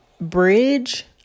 bridge